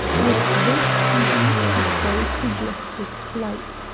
with this he beat at those who blocked his flight.